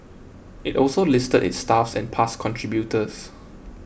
it also listed its staff and past contributors